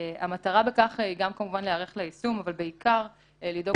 המטרה בכך היא גם כמובן להיערך ליישום אבל בעיקר לדאוג